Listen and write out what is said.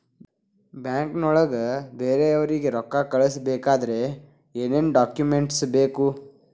ಬ್ಯಾಂಕ್ನೊಳಗ ಬೇರೆಯವರಿಗೆ ರೊಕ್ಕ ಕಳಿಸಬೇಕಾದರೆ ಏನೇನ್ ಡಾಕುಮೆಂಟ್ಸ್ ಬೇಕು?